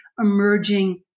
emerging